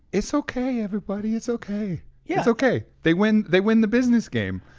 it's okay, everybody. it's okay. yeah it's okay, they win they win the business game.